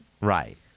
Right